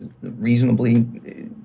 reasonably